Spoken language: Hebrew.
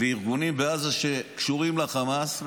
לארגונים בעזה שקשורים לחמאס,